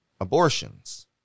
abortions